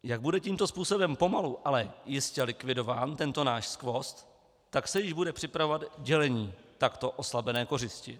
Jak bude tímto způsobem pomalu, ale jistě likvidován tento náš skvost, tak se již bude připravovat dělení takto oslabené kořisti.